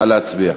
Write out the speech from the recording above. נא להצביע.